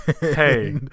Hey